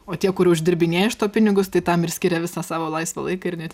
o tie kurie uždirbinėja iš to pinigus tai tam ir skiria visą savo laisvą laiką ir net